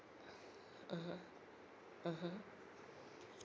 mmhmm mmhmm